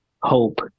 hope